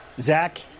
Zach